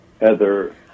Heather